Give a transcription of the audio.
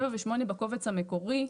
7 ו-8 בקובץ המקורי.